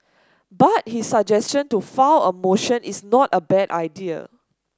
but his suggestion to file a motion is not a bad idea